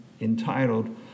entitled